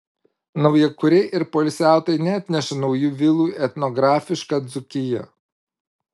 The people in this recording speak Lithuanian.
naujakuriai ir poilsiautojai neatneša naujų vilų į etnografišką dzūkiją